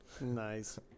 nice